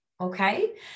Okay